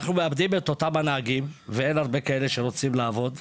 אנחנו מאבדים את אותם הנהגים ואין הרבה כאלה שרוצים לעבוד.